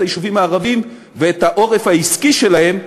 היישובים הערביים ואת העורף העסקי שלהם,